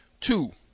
Two